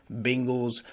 Bengals